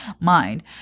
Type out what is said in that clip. mind